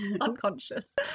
unconscious